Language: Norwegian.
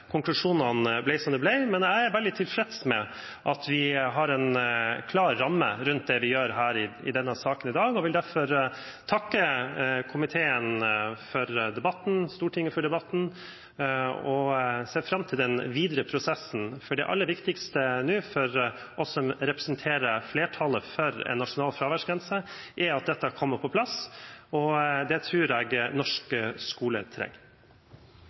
konklusjonene ble som de ble. Men jeg er veldig tilfreds med at vi har en klar ramme rundt det vi gjør her i denne saken i dag, og jeg vil derfor takke komiteen og Stortinget for debatten og ser fram til den videre prosessen. For det aller viktigste nå, for oss som representerer flertallet for en nasjonal fraværsgrense, er at dette kommer på plass. Det tror jeg norsk skole trenger.